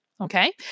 Okay